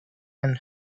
and